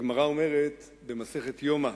הגמרא אומרת במסכת יומא: